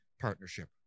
partnership